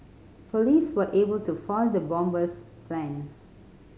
police were able to foil the bomber's plans